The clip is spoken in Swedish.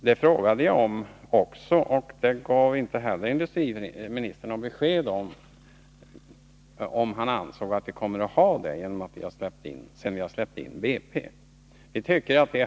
Jag frågade också industriministern om han ansåg att man kommer att få en sådan kontroll sedan BP släppts in, men det gav industriministern inget besked om.